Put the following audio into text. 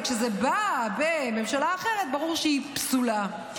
אבל כשזה בא בממשלה אחרת ברור שהיא פסולה.